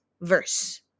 verse